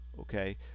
okay